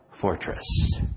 fortress